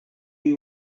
you